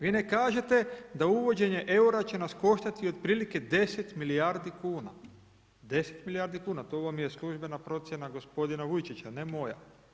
Vi ne kažete da uvođenje EUR-a će nas koštati 10 milijardi kuna, 10 milijardni kuna, to vam je službena procjena gospodina Vujčića, ne moja.